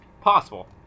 possible